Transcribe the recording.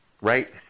Right